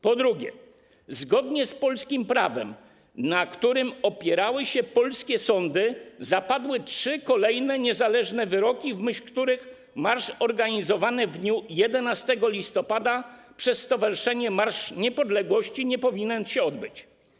Po drugie, zgodnie z polskim prawem, na którym opierały się polskie sądy, zapadły trzy kolejne niezależne wyroki, w myśl których marsz organizowany w dniu 11 listopada przez Stowarzyszenie Marsz Niepodległości nie powinien się odbyć.